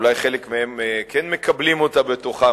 אולי חלק מהם כן מקבלים אותה בתוכם,